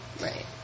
Right